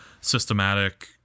systematic